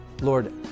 Lord